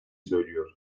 söylüyor